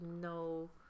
no